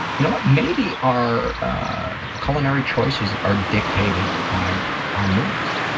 you know what, maybe our culinary choices are dictated by our moods.